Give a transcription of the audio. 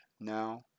now